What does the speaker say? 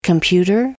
Computer